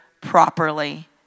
properly